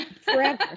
Forever